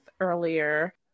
earlier